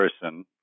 person